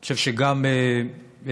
אני חושב שגם בקבינט,